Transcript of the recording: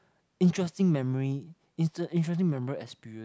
interesting memory inter interesting member experience